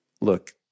look